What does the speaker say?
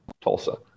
Tulsa